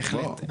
בהחלט.